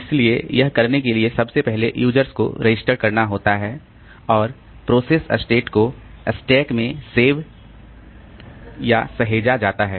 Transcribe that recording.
इसलिए यह करने के लिए सबसे पहले यूजर्स को रजिस्टर करना होता है और प्रोसेस स्टेट को स्टैक में सेव कियासहेजा जाता है